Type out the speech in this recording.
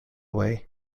way